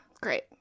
Great